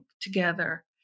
together